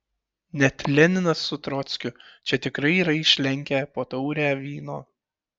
net leninas su trockiu čia tikrai yra išlenkę po taurę vyno